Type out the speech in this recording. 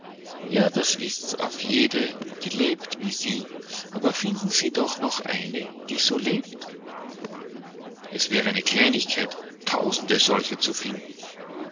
ja das ist's auf jede die lebt wie sie aber finden sie doch noch eine die so lebt es wäre eine kleinigkeit tausend solche zu finden